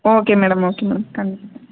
okay madam okay madam கண்டிப்பாக